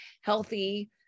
healthy